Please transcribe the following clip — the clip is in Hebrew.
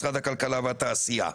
משרד הכלכלה והתעשייה.